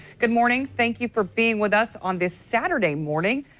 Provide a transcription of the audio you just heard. good morning, thank you for being with us on this saturday morning.